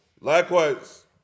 Likewise